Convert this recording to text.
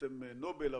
בעצם נובל,